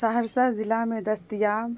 سہرسہ ضلع میں دستیاب